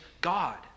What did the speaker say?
God